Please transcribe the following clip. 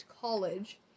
College